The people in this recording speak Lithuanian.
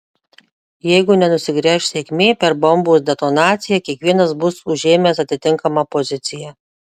jeigu nenusigręš sėkmė per bombos detonaciją kiekvienas bus užėmęs atitinkamą poziciją